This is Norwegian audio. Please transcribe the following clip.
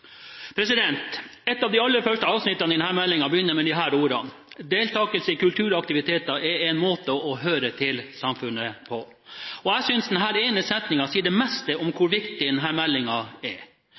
Et av de aller første avsnittene i denne meldingen begynner med disse ordene: «Deltaking i kulturaktivitetar er ein måte å høyre til samfunnet på». Jeg synes denne ene setningen sier det meste om